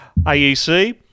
AEC